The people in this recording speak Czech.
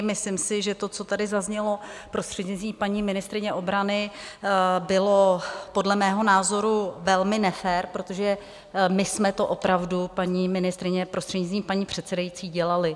Myslím si, že to, co tady zaznělo prostřednictvím paní ministryně obrany, bylo podle mého názoru velmi nefér, protože my jsme to opravdu, paní ministryně prostřednictvím paní předsedající, dělali.